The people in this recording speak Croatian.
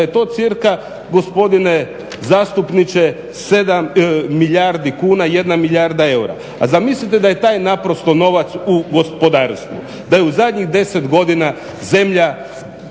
da je to cca gospodine zastupniče 7 milijardi kuna, 1 milijarda eura. A zamislite da je taj novac u gospodarstvu, da je u zadnjih 10 godina zemlja